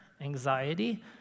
anxiety